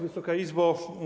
Wysoka Izbo!